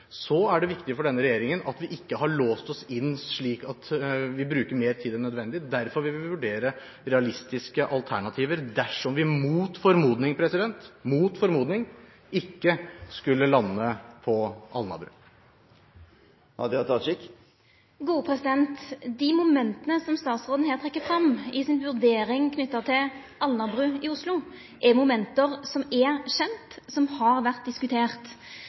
er det viktig for denne regjeringen at vi ikke har låst oss slik at vi bruker mer tid enn nødvendig. Derfor vil vi vurdere realistiske alternativer dersom vi mot formodning – mot formodning – ikke skulle lande på Alnabru. Dei momenta som statsråden her trekkjer fram i si vurdering av Alnabru i Oslo, er moment som er kjende, som har